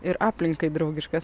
ir aplinkai draugiškas